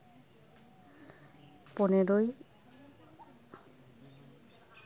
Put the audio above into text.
ᱯᱚᱱᱮᱨᱚᱭ